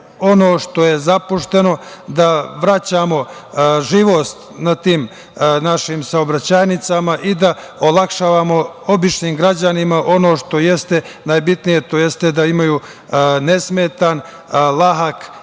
ono što je zapušteno, da vraćamo živost na tim našim saobraćajnicama i da olakšavamo građanima ono što jeste najbitnije, a to jeste da imaju nesmetan, lak,